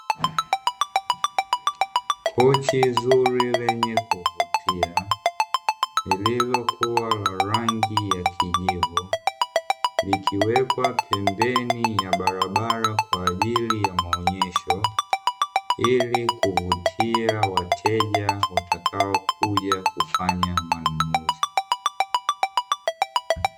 Kochi zuri lenye kuvutia, lililokuwa na rangi ya kijivu, likiwekwa pembeni ya barabara kwa ajili ya maonyesho, ili kuvutia wateja watakaokuja kufanya manunuzi.